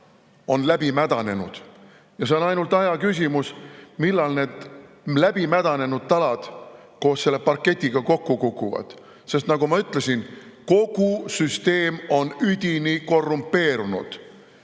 läbi mädanenud. Ja see on ainult aja küsimus, millal need läbimädanenud talad koos parketiga kokku kukuvad. Nagu ma ütlesin, kogu süsteem on üdini korrumpeerunud.